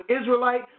Israelite